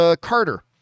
Carter